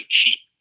cheap